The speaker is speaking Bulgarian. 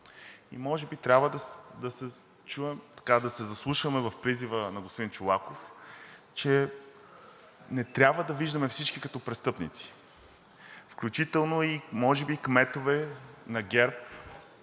Може би трябва да се заслушаме в призива на господин Чолаков, че не трябва да виждаме всички като престъпници. Включително и може би кметове на ГЕРБ